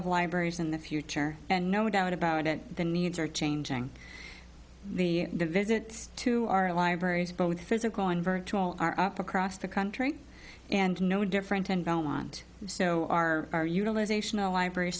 of libraries in the future and no doubt about it the needs are changing the visits to our libraries both physical and virtual are up across the country and no different in belmont so are our utilization of the library